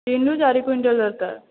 ତିନି ରୁ ଚାରି କୁଇଣ୍ଟାଲ ଦରକାର